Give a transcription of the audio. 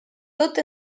tot